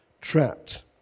trapped